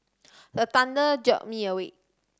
the thunder jolt me awake